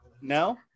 no